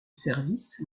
services